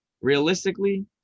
Realistically